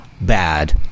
bad